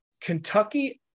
Kentucky